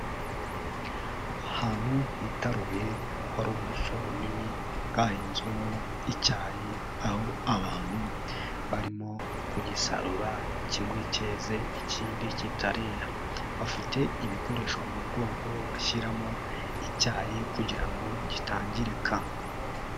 Ahantu hitaruye hari ubuso bunini bwahinzwemo icyayi, aho abantu barimo kugisarura kimwe cyeze ikindi kitarera. Bafite ibikoresho mu mugongo bashyiramo icyayi, kugira ngo gitangirika.